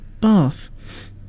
bath